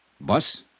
Bus